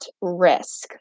risk